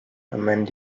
amend